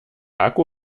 akku